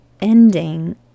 ending